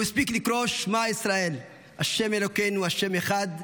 הוא הספיק לקרוא "שמע ישראל השם אלוקינו השם אחד"